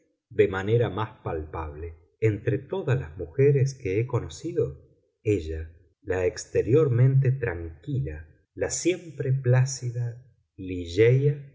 de manera más palpable entre todas las mujeres que he conocido ella la exteriormente tranquila la siempre plácida